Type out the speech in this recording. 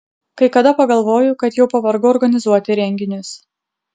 kai kada pagalvoju kad jau pavargau organizuoti renginius